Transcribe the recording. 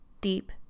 deep